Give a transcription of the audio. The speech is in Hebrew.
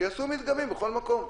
שיעשו מדגמים בכל מקום.